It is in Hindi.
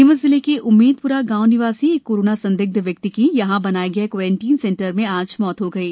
नीमच जिले के उम्मेदप्रा गांव निवासी एक कोरोना संदिग्ध व्यक्ति की यहां बनाए गए क्वारेंटाइन सेंटर में आज मौत हो गयी